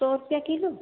सौ रुपया किलो